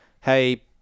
hey